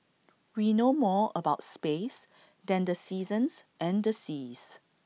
we know more about space than the seasons and seas